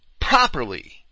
properly